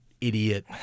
idiot